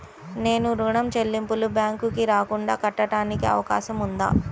నేను ఋణం చెల్లింపులు బ్యాంకుకి రాకుండా కట్టడానికి అవకాశం ఉందా?